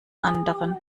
anderen